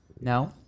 No